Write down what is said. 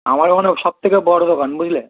আমার ওখানেও সব থেকে বড়ো দোকান বুঝলে